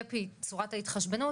קאפ היא צורת ההתחשבנות.